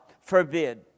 forbid